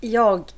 jag